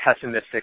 pessimistic